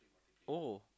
oh